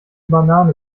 banane